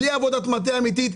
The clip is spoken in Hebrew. בלי עבודת מטה אמיתית,